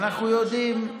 אנחנו יודעים,